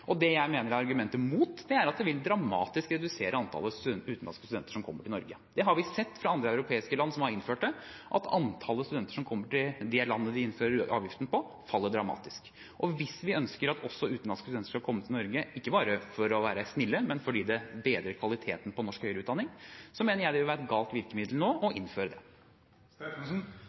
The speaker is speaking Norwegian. Det jeg mener er argumentet imot, er at det dramatisk vil redusere antallet utenlandske studenter som kommer til Norge. Det har vi sett fra andre europeiske land som har innført det: at antallet studenter som kommer til det landet der de innfører avgiften, faller dramatisk. Og hvis vi ønsker at også utenlandske studenter skal komme til Norge – ikke bare for å være snille, men fordi det bedrer kvaliteten på norsk høyere utdanning – mener jeg det vil være et galt virkemiddel nå å innføre